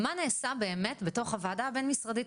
זה מה נעשה באמת בתוך הוועדה הבן משרדית